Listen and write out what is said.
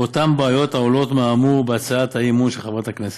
באותן בעיות העולות מהאמור בהצעת האי-אמון של חברת הכנסת.